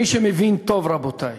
מי שמבין טוב, רבותי,